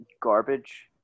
garbage